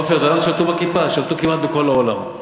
עפר, הם שלטו בכיפה, שלטו כמעט בכל העולם.